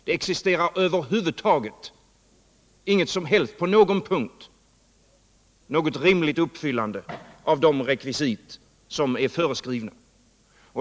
Det existerar över huvud taget inte på någon punkt något rimligt uppfyllande av de rekvisit som är föreskrivna.